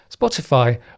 Spotify